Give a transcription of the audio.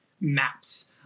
maps